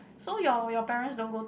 so your your parents don't go to